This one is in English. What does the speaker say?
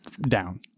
down